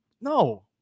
no